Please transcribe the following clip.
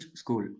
school